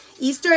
Easter